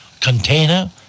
container